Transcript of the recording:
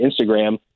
Instagram